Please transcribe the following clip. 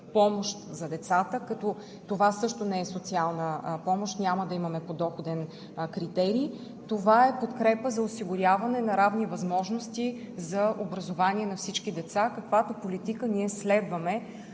помощ за децата, като това също не е социална помощ, няма да имаме подоходен критерий. Това е подкрепа за осигуряване на равни възможности за образование на всички деца, каквато политика ние следваме